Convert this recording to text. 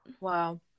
Wow